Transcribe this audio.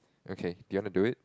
okay do you want to do it